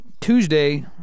Tuesday